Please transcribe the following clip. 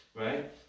Right